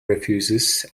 refuses